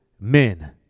men